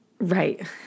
Right